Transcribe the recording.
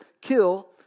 kill